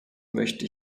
möchte